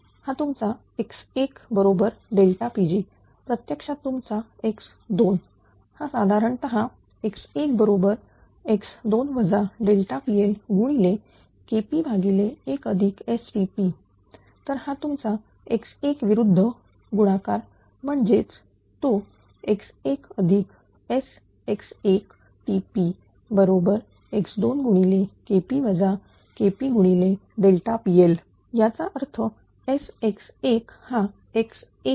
हा तुमचा x1 बरोबर Pg प्रत्यक्षात तुमचा x2 तर साधारणता हा x1 KP1STP तर हा तुमचा x1 विरुद्ध गुणाकार म्हणजेच तो x1 TPx2 KP KP PL याचा अर्थ Sx1 हा x1